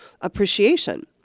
appreciation